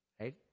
Right